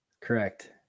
Correct